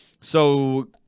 So-